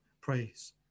praise